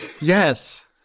Yes